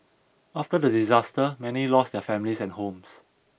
after the disaster many lost their families and homes